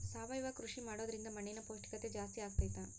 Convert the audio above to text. ಸಾವಯವ ಕೃಷಿ ಮಾಡೋದ್ರಿಂದ ಮಣ್ಣಿನ ಪೌಷ್ಠಿಕತೆ ಜಾಸ್ತಿ ಆಗ್ತೈತಾ?